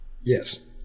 yes